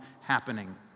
happening